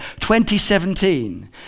2017